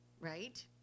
right